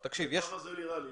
כך זה נראה לי.